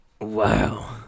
wow